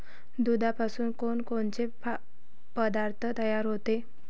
दुधापासून कोनकोनचे पदार्थ तयार होते?